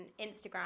Instagram